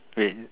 rain